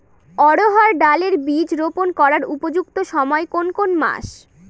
অড়হড় ডাল এর বীজ রোপন করার উপযুক্ত সময় কোন কোন মাস?